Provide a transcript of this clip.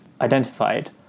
identified